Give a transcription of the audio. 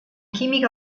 chimica